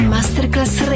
Masterclass